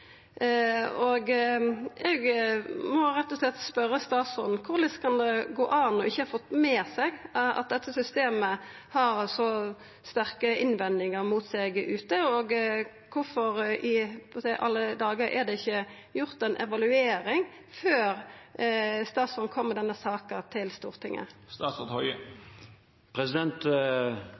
Eg må rett og slett spørja statsråden: Korleis kan det gå an ikkje å ha fått med seg at det er sterke innvendingar mot dette systemet ute, og kvifor i alle dagar var det ikkje gjort ei evaluering før statsråden kom med denne saka til Stortinget?